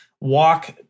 walk